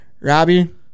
robbie